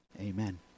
Amen